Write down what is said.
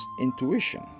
intuition